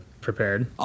prepared